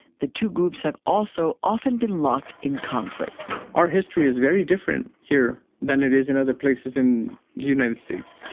the two groups have also often been locked in conflict our history is very different here than it is in other places in the united states.